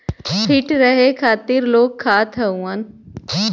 feet रहे खातिर लोग खात हउअन